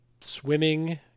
swimming